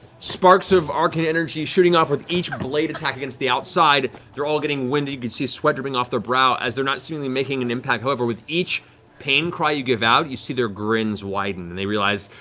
sparks of arcane energy shooting off with each blade attack against the outside, they're all getting winded. you can see sweat dripping off their brow, as they're not seemingly making an impact. however, with each pained cry you give out, you see their grins widen. and they realize,